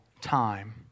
time